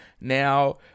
Now